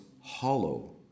hollow